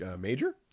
major